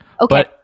Okay